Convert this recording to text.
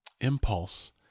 impulse